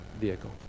Vehicle